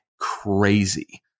crazy